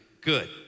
good